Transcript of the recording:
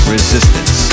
Resistance